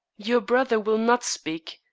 your brother will not speak,